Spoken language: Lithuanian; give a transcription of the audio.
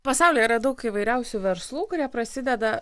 pasaulyje yra daug įvairiausių verslų kurie prasideda